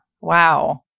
Wow